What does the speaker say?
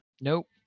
Nope